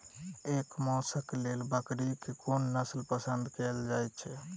एकर मौशक लेल बकरीक कोन नसल पसंद कैल जाइ छै?